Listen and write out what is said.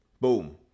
Boom